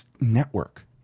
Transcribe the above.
Network